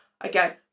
again